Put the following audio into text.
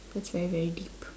that's very very deep